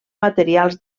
materials